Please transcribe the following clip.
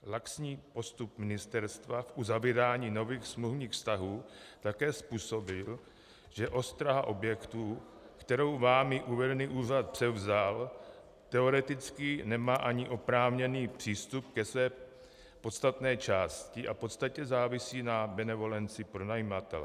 Laxní postup ministerstva v uzavírání nových smluvních vztahů také způsobil, že ostraha objektů, kterou vámi uvedený úřad převzal, teoreticky nemá ani oprávněný přístup ke své podstatné části a v podstatě závisí na benevolenci pronajímatele.